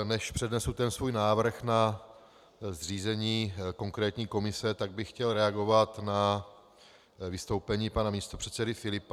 Než přednesu svůj návrh na zřízení konkrétní komise, tak bych chtěl reagovat na vystoupení pana místopředsedy Filipa.